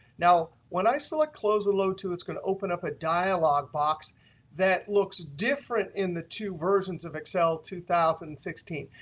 now, when i select close the load two, it's going to open up a dialog box that looks different in the two versions of excel two thousand and sixteen.